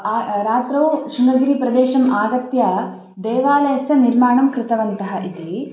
आ रात्रौ शृङ्गगिरिप्रदेशम् आगत्य देवालयस्य निर्माणं कृतवन्तः इति